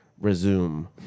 Resume